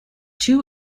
two